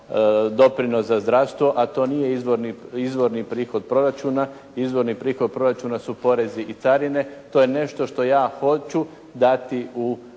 doprinos za zdravstvo, a to nije izvorni prihod proračuna. Izvorni prihod proračuna su porezi i carine. To je nešto što ja hoću dati u